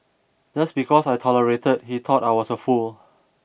just because I tolerated he thought I was a fool